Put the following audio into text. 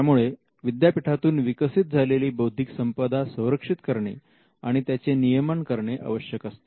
त्यामुळे विद्यापीठातून विकसित झालेली बौद्धिक संपदा संरक्षित करणे आणि त्याचे नियमन करणे आवश्यक असते